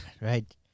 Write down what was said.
Right